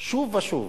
שוב ושוב: